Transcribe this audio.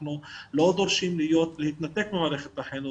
אנחנו לא דורשים להתנתק ממערכת החינוך,